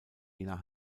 jener